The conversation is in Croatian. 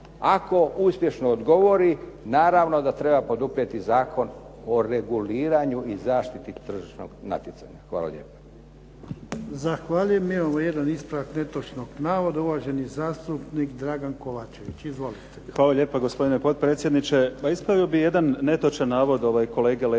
Ako uspješno odgovori, naravno da treba poduprijeti Zakon o reguliranju i zaštiti tržišnog natjecanja. Hvala lijepo.